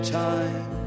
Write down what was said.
time